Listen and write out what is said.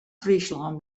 fryslân